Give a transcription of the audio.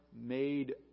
made